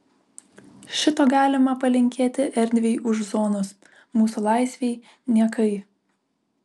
šito galima palinkėti erdvei už zonos mūsų laisvei niekai